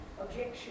objection